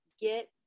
get